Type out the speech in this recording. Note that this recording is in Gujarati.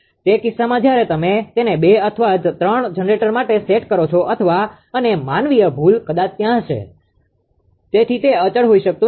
તે કિસ્સામાં જ્યારે તમે તેને બે અથવા ત્રણ જનરેટર માટે સેટ કરો છો અને માનવીય ભૂલ કદાચ ત્યાં હશે તેથી તે અચળ હોઈ શકતું નથી